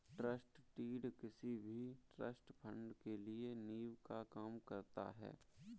trust deed किसी भी trust fund के लिए नीव का काम करता है